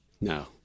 No